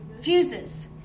fuses